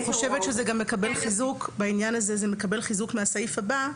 אני חושבת שזה מקבל חיזוק מהסעיף הבא,